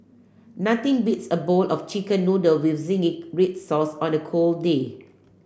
nothing beats a bowl of chicken noodle with zingy red sauce on a cold day